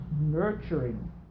nurturing